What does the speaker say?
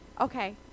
okay